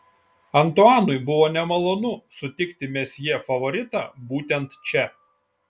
antuanui buvo nemalonu sutikti mesjė favoritą būtent čia